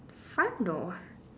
front door